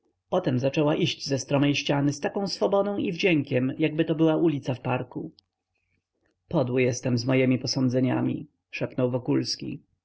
się potem zaczęła iść ze stromej ściany z taką swobodą i wdziękiem jakby to była ulica w parku podły jestem z mojemi posądzeniami